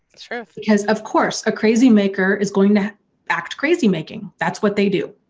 sort of because of course a crazy maker is going to act crazy making, that's what they do.